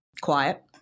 Quiet